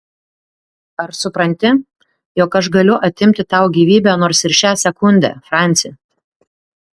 ar supranti jog aš galiu atimti tau gyvybę nors ir šią sekundę franci